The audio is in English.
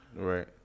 Right